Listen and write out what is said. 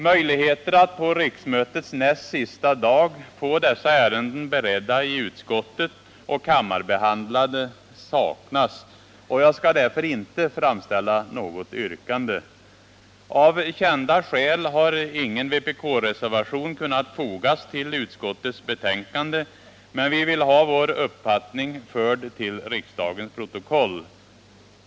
Möjligheter att på riksmötets näst sista dag få dessa ärenden beredda i utskottet och kammarbehandlade saknas, och jag skall därför inte framställa något yrkande. Av kända skäl har ingen vpk-reservation kunnat fogas till utskottets betänkande, men vi vill ha vår uppfattning förd till riksdagens protokoll.